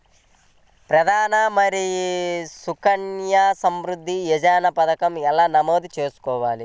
ప్రధాన మంత్రి సుకన్య సంవృద్ధి యోజన పథకం ఎలా నమోదు చేసుకోవాలీ?